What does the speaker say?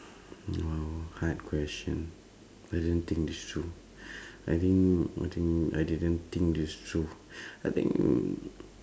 !wow! hard question I didn't think this through I think what thing I didn't think this through I think